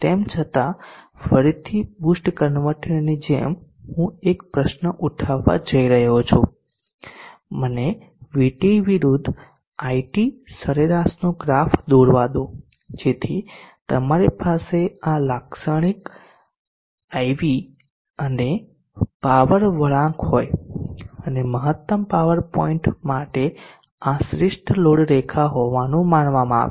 તેમ છતાં ફરીથી બૂસ્ટ કન્વર્ટરની જેમ હું એક પ્રશ્ન ઉઠાવવા જઈ રહ્યો છું મને VT વિરુદ્ધ IT સરેરાશ નો ગ્રાફ દોરવા દો જેથી તમારી પાસે આ લાક્ષણિક IV અને પાવર વળાંક હોય અને મહત્તમ પાવર પોઇન્ટ માટે આ શ્રેષ્ઠ લોડ રેખા હોવાનું માનવામાં આવે છે